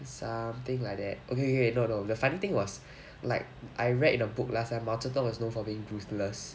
something like that okay okay no no the funny thing was like I read in a book last time 毛泽东 was known for being ruthless